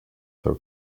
have